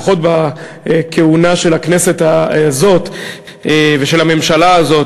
לפחות בכהונה של הכנסת הזאת ושל הממשלה הזאת,